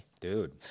Dude